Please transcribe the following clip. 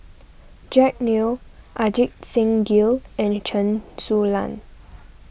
Jack Neo Ajit Singh Gill and Chen Su Lan